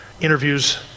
interviews